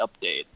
update